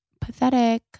Pathetic